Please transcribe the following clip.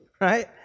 right